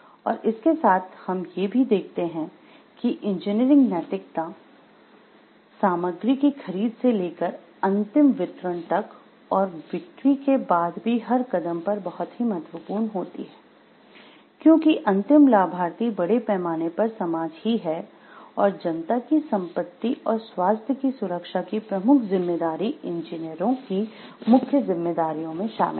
और इसके साथ हम ये भी देखते है कि इंजीनियरिंग नैतिकता सामग्री की खरीद से लेकर अंतिम वितरण तक और बिक्री के बाद भी हर कदम पर बहुत ही महत्वपूर्ण होती है क्योंकि अंतिम लाभार्थी बड़े पैमाने पर समाज ही है और जनता की संपत्ति और स्वास्थ्य की सुरक्षा की प्रमुख जिम्मेदारी इंजीनियरों की मुख्य जिम्मेदारियों में शामिल हैं